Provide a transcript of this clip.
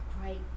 great